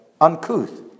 uncouth